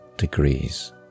Degrees